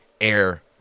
air